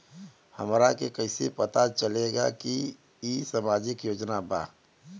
हमरा के कइसे पता चलेगा की इ सामाजिक योजना बा?